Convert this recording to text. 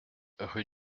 rue